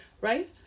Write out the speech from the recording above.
right